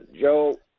Joe